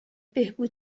بهبود